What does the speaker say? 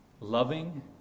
Loving